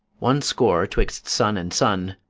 one score twixt sun and sun,